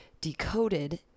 Decoded